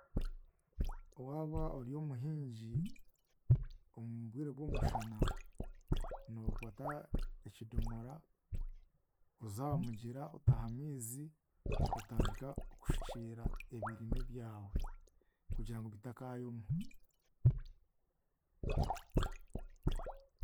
Waaba oryomuhingi omu bwire bw'omushana, nookwata ekidomora oze aha mugyera, otaha amaizi, otandika kushukyera ebirime byawe kugira ngu bitakaayoma.